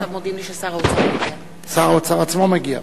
שר האוצר עצמו מגיע,